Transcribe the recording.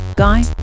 Guy